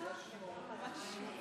בבקשה, עד חמש דקות לרשותך.